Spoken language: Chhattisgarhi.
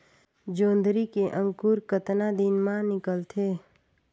जोंदरी के अंकुर कतना दिन मां निकलथे?